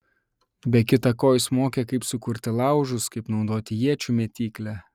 be kita ko jis mokė kaip sukurti laužus kaip naudoti iečių mėtyklę